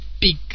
big